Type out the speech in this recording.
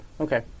Okay